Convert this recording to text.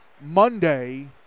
Monday